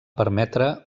permetre